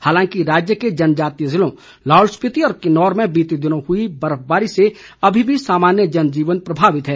हालांकि राज्य के जनजातीय जिलों लाहौल स्पीति और किन्नौर में बीते दिनों हुई बर्फबारी से अभी भी सामान्य जनजीवन प्रभावित है